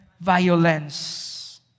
violence